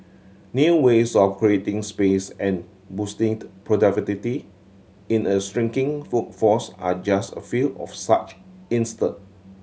new ways of creating space and boosting productivity in a shrinking workforce are just a few of such instance